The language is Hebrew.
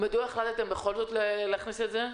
מדוע החלטתם בכל זאת להכניס את זה?